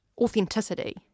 authenticity